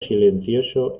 silencioso